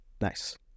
Nice